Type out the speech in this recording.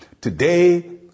Today